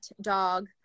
dog